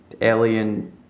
alien